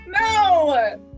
No